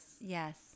Yes